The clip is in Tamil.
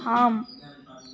ஆம்